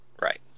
Right